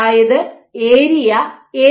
അതായത് area A ആണ്